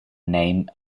name